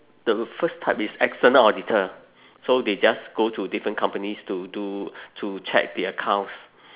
the first type is external auditor so they just go to different companies to do to check the accounts